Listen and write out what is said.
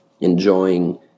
Enjoying